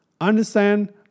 Understand